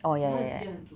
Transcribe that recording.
orh ya ya ya